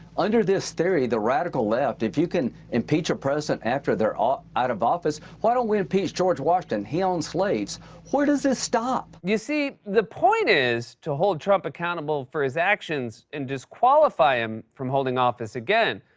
under this theory, the radical left if you can impeach a president after they're ah out of office, why don't we impeach george washington? he owned slaves where does it stop? you see, the point is to hold trump accountable for his actions and disqualify him from holding office again.